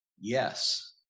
Yes